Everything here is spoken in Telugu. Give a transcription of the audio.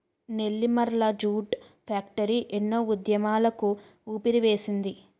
నెల్లిమర్ల జూట్ ఫ్యాక్టరీ ఎన్నో ఉద్యమాలకు ఊపిరివేసింది